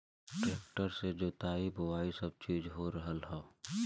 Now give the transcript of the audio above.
tractor से जोताई बोवाई सब चीज हो रहल हौ